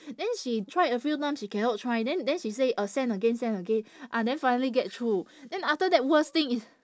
then she tried a few times she cannot try then then she say uh send again send again ah then finally get through then after that worst thing is